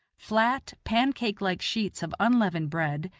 flat, pancake-like sheets of unleavened bread,